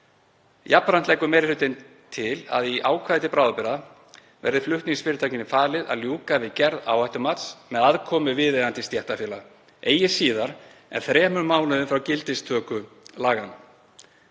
Jafnframt leggur meiri hlutinn til að í ákvæði til bráðabirgða verði flutningsfyrirtækinu falið að ljúka við gerð áhættumats með aðkomu viðeigandi stéttarfélaga eigi síðar en þremur mánuðum frá gildistöku laganna.